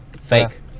fake